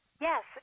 Yes